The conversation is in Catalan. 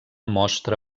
mostra